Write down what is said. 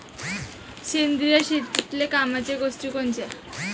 सेंद्रिय शेतीतले कामाच्या गोष्टी कोनच्या?